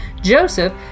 Joseph